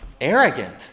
arrogant